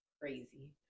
crazy